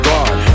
God